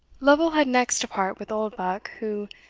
lovel had next to part with oldbuck, who,